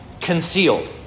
concealed